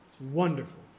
Wonderful